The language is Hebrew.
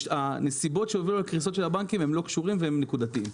הנסיבות שהובילו לקריסות של הבנקים הן לא קשורות והן נקודתיות.